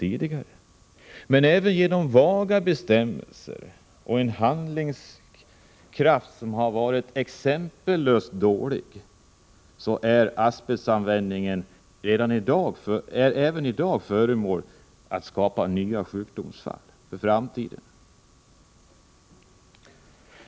På grund av vaga bestämmelser och en handlingskraft som har varit exempellöst dålig kommer även dagens asbestanvändning att skapa nya sjukdomsfall i framtiden.